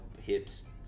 hips